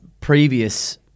previous